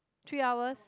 three hours